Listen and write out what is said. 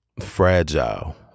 fragile